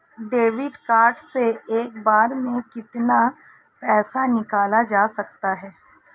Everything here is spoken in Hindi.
डेबिट कार्ड से एक बार में कितना पैसा निकाला जा सकता है?